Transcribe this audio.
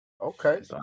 Okay